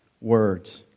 words